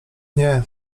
nie